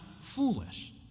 foolish